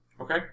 Okay